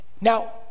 Now